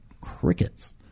Crickets